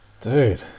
Dude